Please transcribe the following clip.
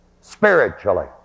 Spiritually